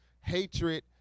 hatred